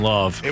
Love